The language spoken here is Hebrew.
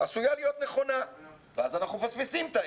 עשויה להיות נכונה, ואז אנחנו מפספסים את האמת.